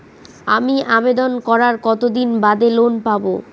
আমি আবেদন করার কতদিন বাদে লোন পাব?